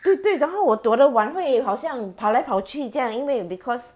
对对然后我躲的碗会好像跑来跑去这样因为 because